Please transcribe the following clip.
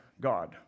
God